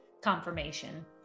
confirmation